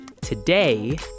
Today